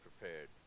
prepared